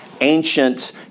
ancient